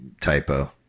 typo